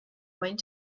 going